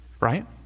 Right